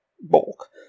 bulk